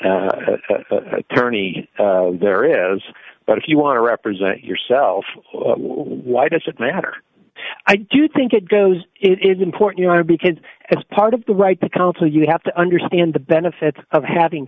attorney there is but if you want to represent yourself why does it matter i do think it goes it is important because as part of the right to counsel you have to understand the benefits of having